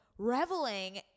reveling